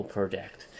Project，